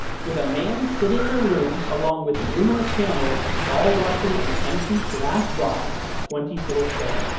with a man sitting in a room along with numerous cameras, all watching an empty glass box twenty four seven.